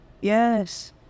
yes